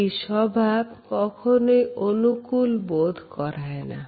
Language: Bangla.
এই স্বভাব কখনোই অনুকূল বোধ করা না